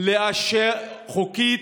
אי-אפשר חוקית,